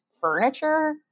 furniture